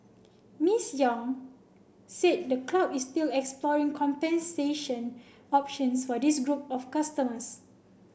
Miss Yang said the club is still exploring compensation options for this group of customers